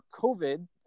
COVID